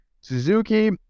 Suzuki